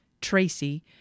Tracy